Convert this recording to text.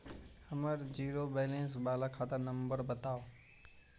हमर zero balance बाला खाता नम्बर बत?